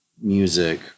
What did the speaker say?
music